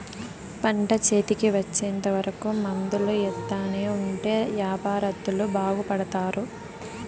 పంట చేతికి వచ్చేంత వరకు మందులు ఎత్తానే ఉంటే యాపారత్తులు బాగుపడుతారు